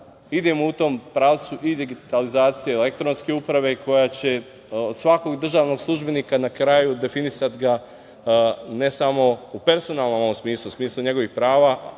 idemo u tom pravcu i digitalizacije elektronske uprave i koja će od svakog državnog službenika na kraju definisati ga ne samo u personalnom smislu, u smislu njegovih prava,